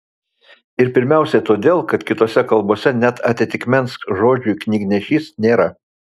ir pirmiausia todėl kad kitose kalbose net atitikmens žodžiui knygnešys nėra